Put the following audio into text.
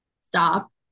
stop